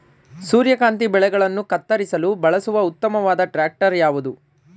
ಸೂರ್ಯಕಾಂತಿ ಬೆಳೆಗಳನ್ನು ಕತ್ತರಿಸಲು ಬಳಸುವ ಉತ್ತಮವಾದ ಟ್ರಾಕ್ಟರ್ ಯಾವುದು?